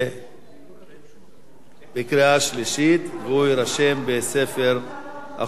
בקריאה שלישית והוא יירשם בספר החוקים.